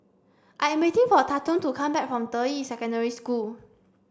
I am waiting for Tatum to come back from Deyi Secondary School